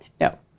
No